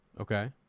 okay